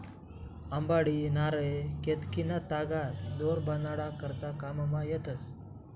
अंबाडी, नारय, केतकीना तागा दोर बनाडा करता काममा येतस